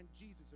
Jesus